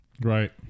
Right